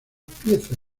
pieza